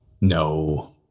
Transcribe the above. No